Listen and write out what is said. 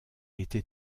était